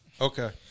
Okay